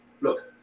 Look